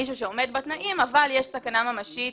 שעומד בתנאים אבל יש סכנה ממשית